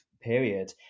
period